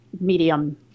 medium